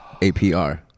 apr